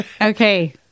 okay